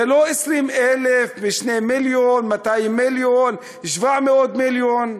זה לא 20,000, 2 מיליון, 200 מיליון, 700 מיליון.